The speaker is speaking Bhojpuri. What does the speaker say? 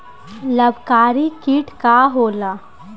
लाभकारी कीट का होला?